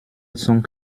song